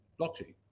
blockchain